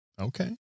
Okay